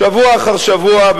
שבוע אחר שבוע,